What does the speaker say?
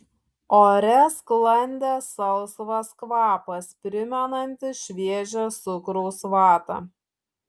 ore sklandė salsvas kvapas primenantis šviežią cukraus vatą